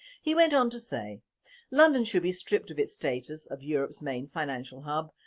he went on to say london should be stripped of its status of europe's main financial hub.